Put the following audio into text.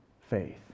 faith